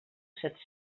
set